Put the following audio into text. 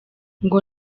ngo